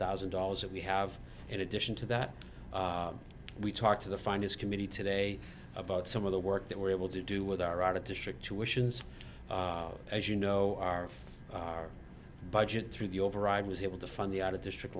thousand dollars that we have in addition to that we talked to the finance committee today about some of the work that we're able to do with our out of district tuitions as you know our our budget through the override was able to fund the out of district